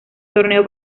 torneo